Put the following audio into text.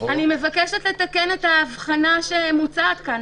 אני מבקשת לתקן את ההבחנה שמוצעת כאן.